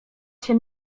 się